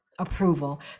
approval